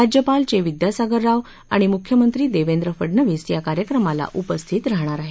राज्यपाल चे विद्यासागर राव मुख्यमंत्री देवेंद्र फडणवीस या कार्यक्रमाला उपस्थित राहणार आहेत